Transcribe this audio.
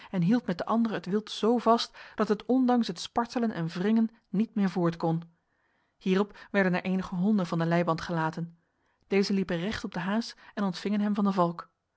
en hield met de andere het wild zo vast dat het ondanks het spartelen en wringen niet meer voort kon hierop werden er enige honden van de leiband gelaten deze liepen recht op de haas en ontvingen hem van de valk